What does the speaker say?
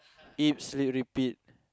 eat sleep repeat